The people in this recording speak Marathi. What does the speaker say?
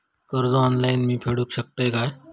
कर्ज ऑनलाइन मी फेडूक शकतय काय?